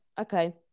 okay